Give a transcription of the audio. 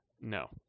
no